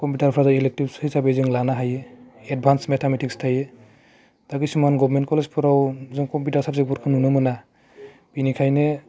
कम्पिटारफ्रा जाय इलेकटिब हिसाबै जों लानो हायो एडभान्च मेथामेटिक्स थायो दा बे समाव आं गभार्नमेन्ट कलेजफोराव जों कमपिटार साबजेक्टफोरखौ नुनो मोना बिनिखायनो